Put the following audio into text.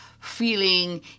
feeling